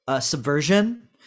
subversion